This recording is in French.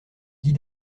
dit